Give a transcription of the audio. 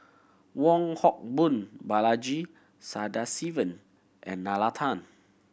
Wong Hock Boon Balaji Sadasivan and Nalla Tan